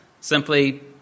simply